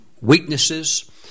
weaknesses